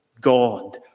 God